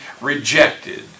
rejected